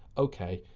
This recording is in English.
ok.